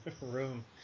room